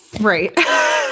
right